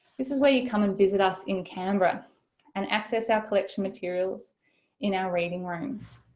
this is where you come and visit us in canberra and access our collection materials in our reading rooms.